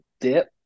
dip